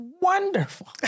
wonderful